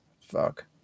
fuck